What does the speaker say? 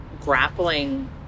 grappling